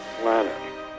Planet